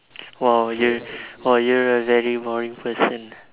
!wow! you !wow! you a very boring person